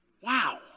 Wow